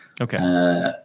Okay